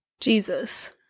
jesus